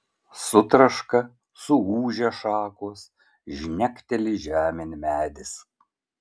sutraška suūžia šakos žnekteli žemėn medis